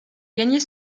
gagner